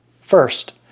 First